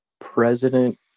president